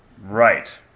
Right